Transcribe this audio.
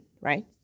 right